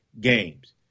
games